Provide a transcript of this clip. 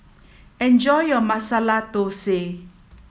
enjoy your Masala Thosai